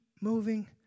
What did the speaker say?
moving